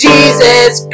Jesus